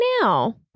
now